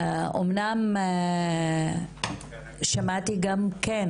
אומנם שמעתי גם כן